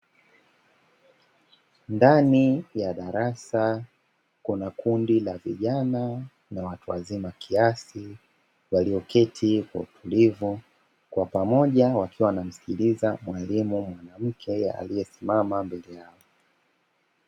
Ndani ya darasa kuna kundi la vijana na watu wazima kiasi walioketi kwa utulivu kwa pamoja, wakiwa wanamsikiliza mwalimu mwanamke aliyesimama mbele yao.